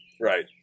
Right